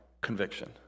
conviction